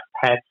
pets